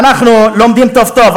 אנחנו לומדים טוב-טוב,